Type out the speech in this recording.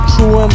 True